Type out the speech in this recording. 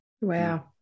Wow